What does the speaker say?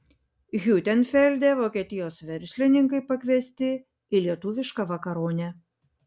hiutenfelde vokietijos verslininkai pakviesti į lietuvišką vakaronę